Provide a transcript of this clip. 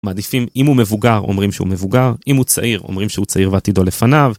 מעדיפים, אם הוא מבוגר אומרים שהוא מבוגר, אם הוא צעיר אומרים שהוא צעיר בעתידו לפניו.